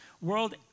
world